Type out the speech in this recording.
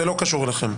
זה לא קשור אליכם.